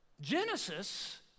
Genesis